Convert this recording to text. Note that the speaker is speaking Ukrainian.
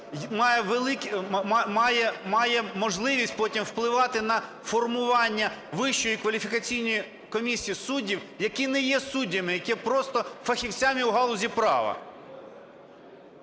має можливість потім впливати на формування Вищої кваліфікаційної комісії суддів, які не є суддями, які є просто фахівцями у галузі права.